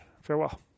Farewell